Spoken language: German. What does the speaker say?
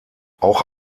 auch